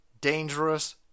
dangerous